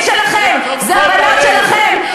אלה הנשים שלכם, אלה הבנות שלכם.